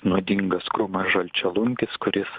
nuodingas krūmas žalčialunkis kuris